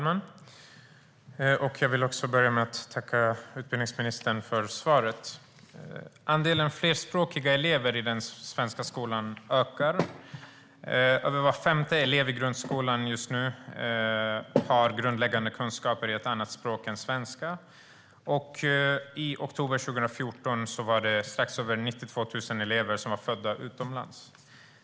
Herr talman! Jag vill börja med att tacka utbildningsministern för svaret. Andelen flerspråkiga elever i den svenska skolan ökar. Mer än var femte elev i grundskolan har grundläggande kunskaper i ett annat språk än svenska, och i oktober 2014 fanns strax över 92 000 elever som är födda utomlands.